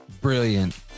Brilliant